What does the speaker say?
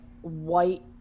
white